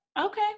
Okay